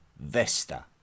Vesta